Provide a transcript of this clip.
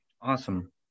Awesome